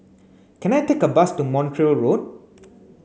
can I take a bus to Montreal Road